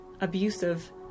abusive